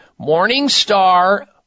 Morningstar